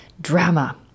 drama